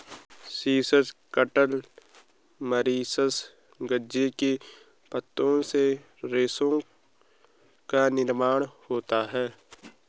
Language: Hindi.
सीसल, कंटाला, मॉरीशस गांजे के पत्तों से रेशों का निर्माण होता रहा है